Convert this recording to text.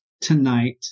tonight